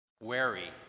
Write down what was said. wary